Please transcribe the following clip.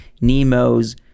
Nemo's